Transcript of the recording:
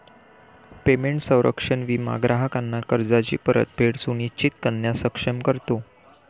payment संरक्षण विमा ग्राहकांना कर्जाची परतफेड सुनिश्चित करण्यास सक्षम करतो